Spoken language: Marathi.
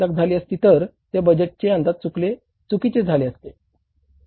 5 झाली असती तर ते बजेटचे अंदाज चुकीचे झाले असते